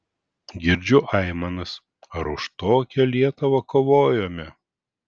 girdžiu aimanas ar už tokią lietuvą kovojome